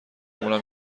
اونم